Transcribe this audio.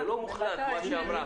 אז זה לא מוחלט מה שנאמר.